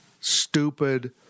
stupid